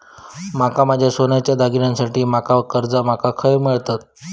माका माझ्या सोन्याच्या दागिन्यांसाठी माका कर्जा माका खय मेळतल?